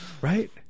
Right